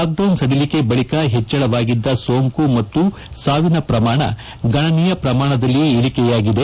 lockdown ಸಡಿಲಿಕೆ ಬಳಿಕ ಹೆಚ್ಚಳವಾಗಿದ್ದ ಸೋಂಕು ಮತ್ತು ಸಾವಿನ ಪ್ರಮಾಣ ಗಣನೀಯ ಪ್ರಮಾಣದಲ್ಲಿ ಇಳಿಕೆಯಾಗಿದೆ